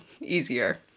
easier